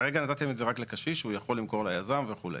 כרגע נתתם את זה רק לקשיש שהוא יכול למכור ליזם וכו',